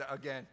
again